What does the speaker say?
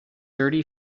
thirty